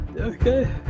Okay